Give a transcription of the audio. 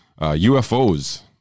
ufos